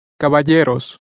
Caballeros